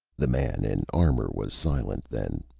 the man in armor was silent then,